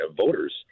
voters